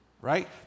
right